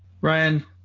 Ryan